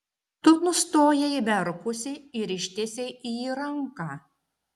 tu nustojai verkusi ir ištiesei į jį ranką